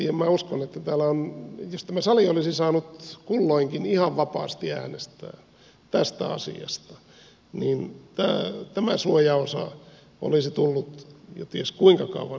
minä uskon että jos tämä sali olisi saanut kulloinkin ihan vapaasti äänestää tästä asiasta niin tämä suojaosa olisi tullut jo ties kuinka kauan sitten